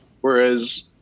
whereas